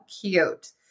cute